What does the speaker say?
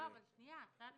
לא, אבל שנייה, הצעה לסדר.